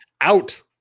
out